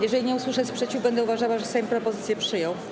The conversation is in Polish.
Jeżeli nie usłyszę sprzeciwu, będę uważała, że Sejm propozycje przyjął.